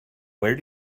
where